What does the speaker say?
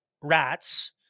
rats